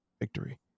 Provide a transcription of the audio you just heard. victory